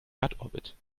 erdorbit